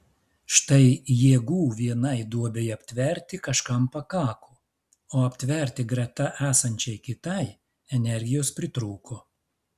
štai jėgų vienai duobei aptverti kažkam pakako o aptverti greta esančiai kitai energijos pritrūko